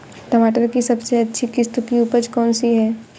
टमाटर की सबसे अच्छी किश्त की उपज कौन सी है?